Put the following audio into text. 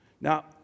Now